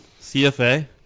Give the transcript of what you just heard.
CFA